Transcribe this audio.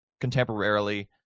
contemporarily